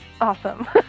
Awesome